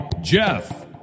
Jeff